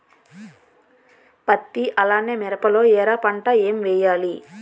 పత్తి అలానే మిరప లో ఎర పంట ఏం వేయాలి?